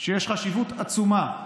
שיש חשיבות עצומה,